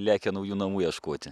lekia naujų namų ieškoti